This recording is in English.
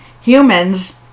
humans